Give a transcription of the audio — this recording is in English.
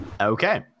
Okay